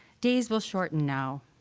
days will shorten now,